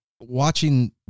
watching